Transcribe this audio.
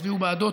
יצביעו בעדו.